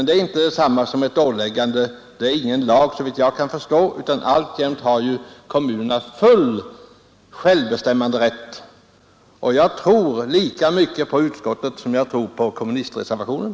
Det är inte detsamma som ett åläggande. Det är ingen lag, såvitt jag kan förstå, utan alltjämt har kommunerna full självbestämmanderätt. Jag tror lika mycket på utskottet som jag tror på kommunistreservationen.